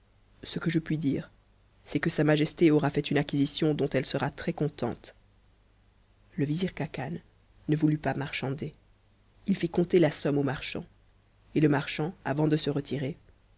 ce que je puis dire c'est que sa majesté aura fait une acquisition dont elle sera très contente le vizir khacan ne voulut pas marchander il fit compter la somme au marchand et le marchand avant de se retirer